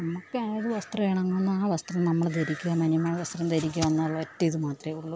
നമുക്കേത് വസ്ത്രം ഇണങ്ങുന്നോ ആ വസ്ത്രം നമ്മൾ ധരിക്കുക മാന്യമായ വസ്ത്രം ധരിക്കുകയെന്നുള്ള ഒറ്റ ഇത് മാത്രമേയുളളൂ